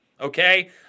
okay